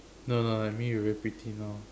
no no I mean you very pretty now